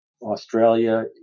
Australia